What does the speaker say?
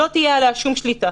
לא תהיה עליה שום שליטה,